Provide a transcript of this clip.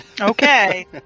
Okay